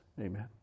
Amen